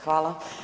Hvala.